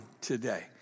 today